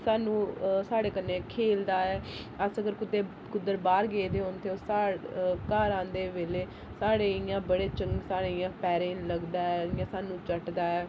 सानू स्हाड़े कन्नै खेलदा ऐ अस अगर कुतै कुद्धर बाह्र गेदे होन तां सा घर आंदे बेल्लै साढ़े इ'यां बड़े साढ़े इ'यां पैरें लगदा ऐ इ'यां सानू चटदा ऐ